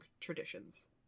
traditions